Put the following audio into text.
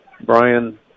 Brian